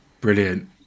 Brilliant